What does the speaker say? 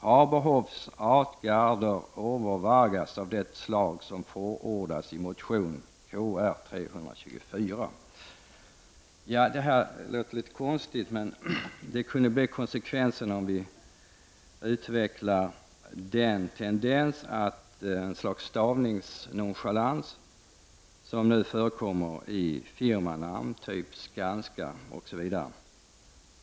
Har behovs atgarder overvagas av det slag som forordas i motion Kr324.” Ja, detta låter litet konstigt. Men det kan bli konsekvenserna om vi utvecklar den tendens till en slags stavningsnonchalans som förekommer i firmanamn som Skanska osv.